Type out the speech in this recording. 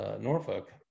Norfolk